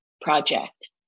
project